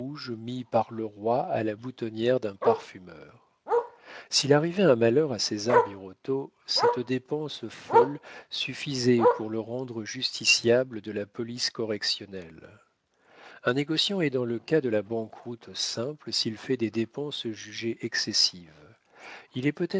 mis par le roi à la boutonnière d'un parfumeur s'il arrivait un malheur à césar birotteau cette dépense folle suffisait pour le rendre justiciable de la police correctionnelle un négociant est dans le cas de la banqueroute simple s'il fait des dépenses jugées excessives il est peut-être